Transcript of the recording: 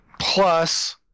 Plus